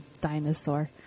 dinosaur